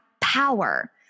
power